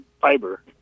fiber